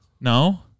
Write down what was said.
No